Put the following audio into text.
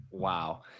Wow